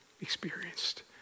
experienced